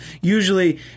usually